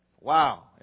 wow